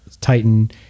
titan